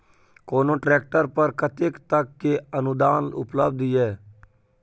कोनो ट्रैक्टर पर कतेक तक के अनुदान उपलब्ध ये?